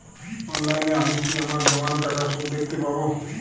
অনলাইনে আমি কি আমার জমানো টাকার সুদ দেখতে পবো?